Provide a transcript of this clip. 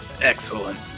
Excellent